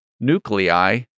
nuclei